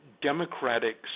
democratic